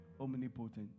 omnipotent